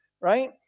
right